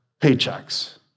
paychecks